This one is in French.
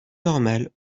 normal